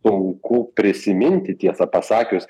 sunku prisiminti tiesa pasakius